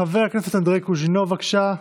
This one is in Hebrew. חבר הכנסת אנדרי קוז'ינוב, בבקשה.